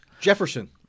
Jefferson